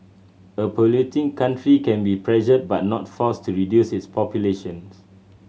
a polluting country can be pressured but not forced to reduce its population